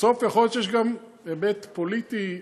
בסוף יכול להיות שיש גם היבט פוליטי אחר,